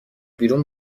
بیرون